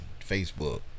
Facebook